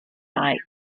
night